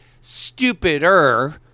stupider